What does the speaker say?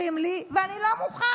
שחשובים לי, ואני לא מוכן.